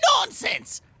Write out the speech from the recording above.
Nonsense